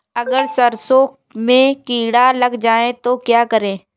अगर सरसों में कीड़ा लग जाए तो क्या करें?